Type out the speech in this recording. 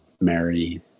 marry